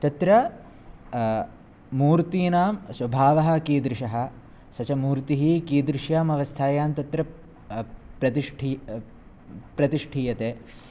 तत्र मूर्तीनां स्वभावः कीदृशः सः च मूर्तिः कीदृश्याम् अवस्थायां तत्र प्रतिष्ठि प्रतिष्ठीयते